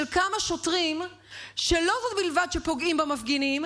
כמה שוטרים שלא זו בלבד שפוגעים במפגינים,